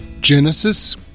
Genesis